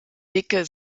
dicke